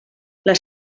les